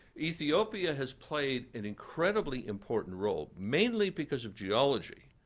ethiopia has played an incredibly important role, mainly because of geology.